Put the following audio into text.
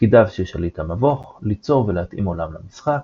תפקידיו של שליט המבוך ליצור ולהתאים עולם למשחק.